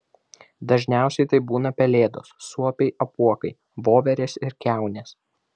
dažniausia tai būna pelėdos suopiai apuokai voverės ir kiaunės